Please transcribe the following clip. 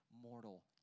mortal